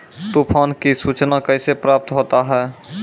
तुफान की सुचना कैसे प्राप्त होता हैं?